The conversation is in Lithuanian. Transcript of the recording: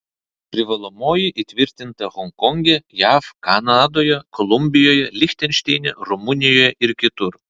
privalomoji įtvirtinta honkonge jav kanadoje kolumbijoje lichtenšteine rumunijoje ir kitur